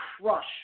crush